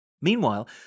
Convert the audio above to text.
Meanwhile